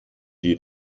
die